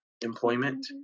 employment